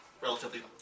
relatively